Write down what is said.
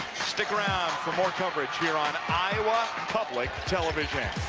stick around for more coverage here on iowa and public television.